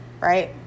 right